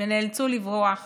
ונאלצו לברוח